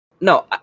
No